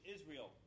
Israel